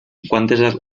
quantes